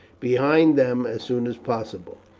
behind them as soon as possible.